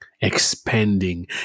expanding